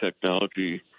technology